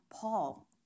Paul